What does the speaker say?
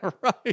Right